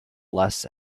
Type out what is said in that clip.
less